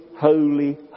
holy